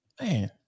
man